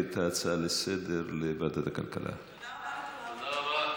תודה רבה.